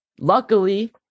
luckily